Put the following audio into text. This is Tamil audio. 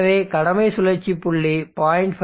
எனவே கடமை சுழற்சி புள்ளி 0